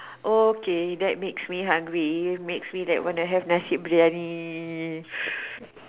okay that makes me hungry makes me want to have nasi-biryani